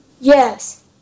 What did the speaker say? Yes